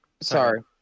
sorry